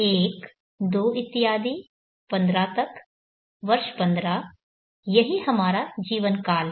एक दो इत्यादि 15 तक वर्ष 15 यही हमारा जीवन काल है